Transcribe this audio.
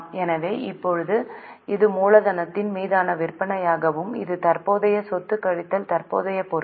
எனவே இப்போது இது மூலதனத்தின் மீதான விற்பனையாகும் இது தற்போதைய சொத்து கழித்தல் தற்போதைய பொறுப்பு